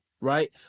right